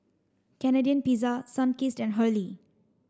Canadian Pizza Sunkist and Hurley